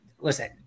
Listen